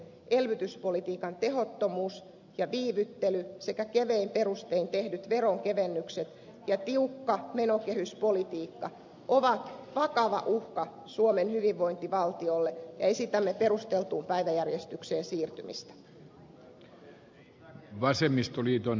elvytyspolitiikan tehottomuus ja viivyttely sekä kevein perustein tehdyt veronkevennykset ja tiukka menokehyspolitiikka ovat vakava uhka suomen hyvinvointivaltiolle ja esitämme perusteltua päiväjärjestykseen siirtymistä